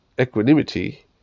equanimity